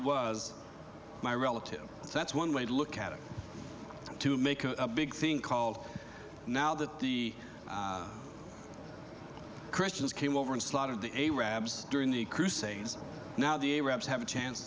was my relative that's one way to look at it to make a big thing called now that the christians came over and slaughtered the a rabs during the crusades now the a rabs have a chance